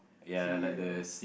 see you